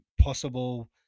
possible